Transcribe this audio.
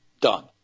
done